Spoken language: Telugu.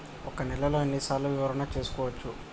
ఒక నెలలో ఎన్ని సార్లు వివరణ చూసుకోవచ్చు?